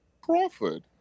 Crawford